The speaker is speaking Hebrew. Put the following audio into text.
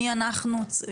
מי אנחנו,